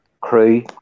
crew